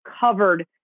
covered